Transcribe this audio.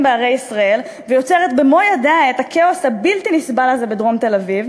בערי ישראל ויוצרת במו-ידיה את הכאוס הבלתי-נסבל הזה בדרום תל-אביב,